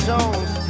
Jones